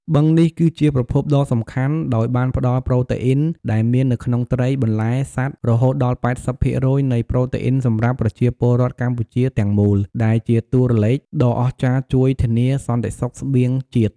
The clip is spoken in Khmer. បឹងនេះគឺជាប្រភពដ៏សំខាន់ ដោយបានផ្ដល់ប្រូតេអុីនដែលមាននៅក្នុងត្រី បន្លែ សត្វ រហូតដល់ ៨០% នៃប្រូតេអ៊ីនសម្រាប់ប្រជាពលរដ្ឋកម្ពុជាទាំងមូល ដែលជាតួលេខដ៏អស្ចារ្យជួយធានាសន្តិសុខស្បៀងជាតិ។